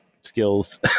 skills